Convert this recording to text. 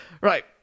Right